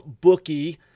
bookie